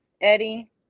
Eddie